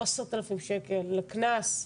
לא 10,000 שקל לקנס,